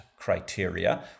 criteria